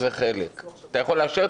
אתה יכול לאשר,